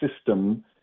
system